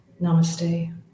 namaste